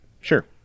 Sure